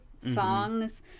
songs